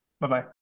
Bye-bye